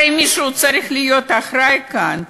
הרי מישהו צריך להיות אחראי כאן.